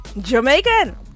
Jamaican